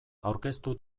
aurkeztu